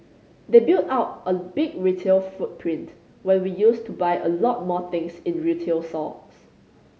they built out a big retail footprint when we used to buy a lot more things in retail sores